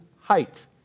height